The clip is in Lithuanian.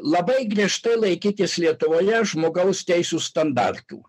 labai griežtai laikytis lietuvoje žmogaus teisių standartų